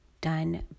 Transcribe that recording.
done